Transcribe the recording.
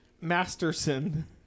Masterson